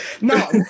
No